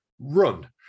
run